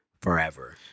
forever